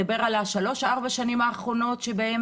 שלוש-ארבע השנים האחרונות, שבהן